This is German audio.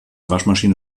waschmaschine